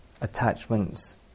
attachments